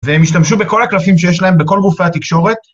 והם ישתמשו בכל הקלפים שיש להם בכל גופי התקשורת.